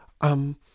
Um